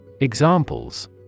Examples